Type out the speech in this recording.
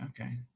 Okay